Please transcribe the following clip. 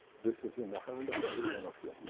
this is in the hand of every one of you.